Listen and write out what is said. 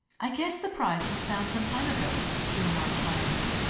i guess the prize was found some time ago! she remarked quietly.